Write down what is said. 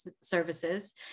Services